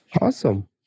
Awesome